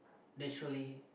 naturally